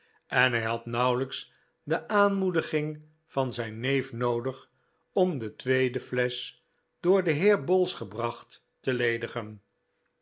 en hij had nauwelijks de aanmoediging van zijn neef noodig om de tweede flesch door den heer bowls gebracht te ledigen